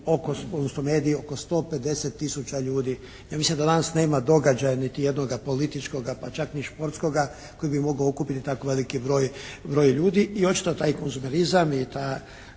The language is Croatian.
oko 150 tisuća ljudi. Ja mislim da danas nema događaja niti jednoga političkoga pa čak ni športskoga koji bi mogao okupiti tako veliki broj ljudi i očito taj …/Govornik